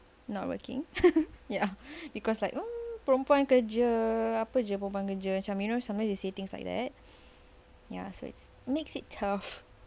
not working ya because like oh perempuan kerja apa sahaja perempuan kerja you know sometimes they say things like that ya so it's makes it tough